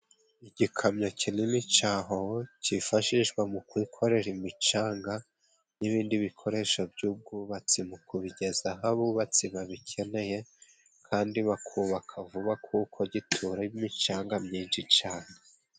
Igikamyo kinini ca hoho cifashishwa mu gukorera imicanga n'ibindi bikoresho by'ubwubatsi mu kubigeza aho abubatsi babikeneye, kandi bakubaka vuba kuko gitura imicanga myinshi cane.